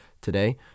today